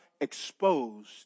exposed